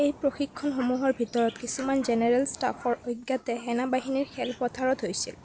এই প্ৰশিক্ষণসমূহৰ ভিতৰত কিছুমান জেনেৰেল ষ্টাফৰ অজ্ঞাতে সেনাবাহিনীৰ খেলপথাৰত হৈছিল